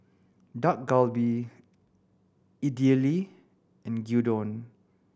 Dak Galbi Idili and Gyudon